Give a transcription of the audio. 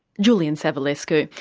julian savulescu.